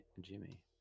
Jimmy